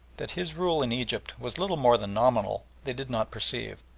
that his rule in egypt was little more than nominal they did not perceive.